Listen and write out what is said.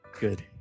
Good